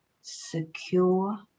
secure